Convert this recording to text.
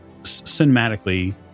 cinematically